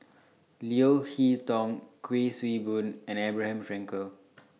Leo Hee Tong Kuik Swee Boon and Abraham Frankel